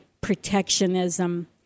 protectionism